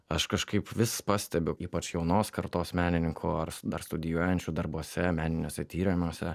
aš kažkaip vis pastebiu ypač jaunos kartos menininkų ar dar studijuojančių darbuose meniniuose tyrimuose